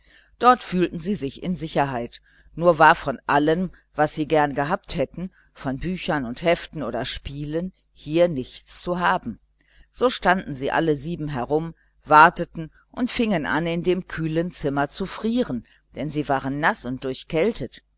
dort fühlten sie sich in sicherheit nur war von allem was sie gerne gehabt hätten von büchern und heften oder spielen hier nichts zu haben so standen sie alle sieben herum warteten und fingen an in dem kühlen zimmer zu frieren denn sie waren naß und